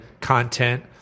content